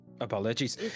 Apologies